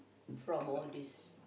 from all this